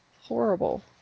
Horrible